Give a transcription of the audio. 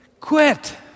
Quit